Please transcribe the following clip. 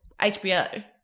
HBO